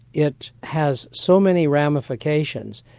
it has so many ramifications,